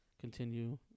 continue